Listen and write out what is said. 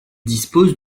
dispose